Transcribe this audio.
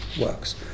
works